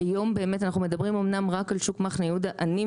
אומנם אנחנו מדברים היום רק על שוק מחנה יהודה אני,